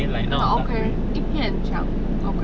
okay 一片墙 okay